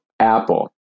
Apple